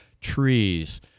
Trees